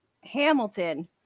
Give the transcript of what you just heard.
Hamilton